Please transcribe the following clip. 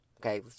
Okay